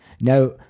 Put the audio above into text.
Now